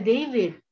David